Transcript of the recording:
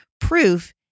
proof